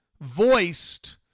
voiced